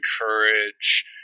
encourage